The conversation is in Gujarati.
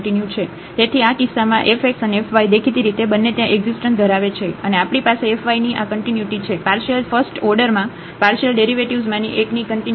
તેથી આ કિસ્સામાં f x અને f y દેખીતી રીતે બંને ત્યાં એકઝીસ્ટન્સ ધરાવે છે અને આપણી પાસે f y ની આ કન્ટિન્યુટી છે પાર્શિયલ ફસ્ટઓડૅરમાં પાર્શિયલ ડેરિવેટિવ્ઝમાંની એકની કન્ટિન્યુટી